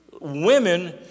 women